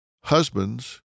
husbands